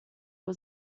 was